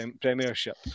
Premiership